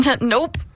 nope